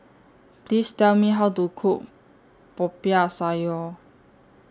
Please Tell Me How to Cook Popiah Sayur